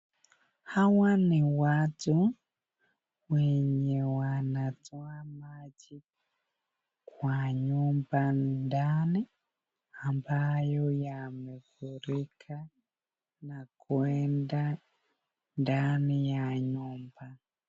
Hawa ni watu wanye wanatoa maji, kwa nyumba ndani ambayo yameingia ndapni ya nyumba.